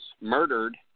murdered